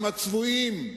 עם הצבועים,